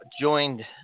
joined